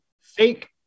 fake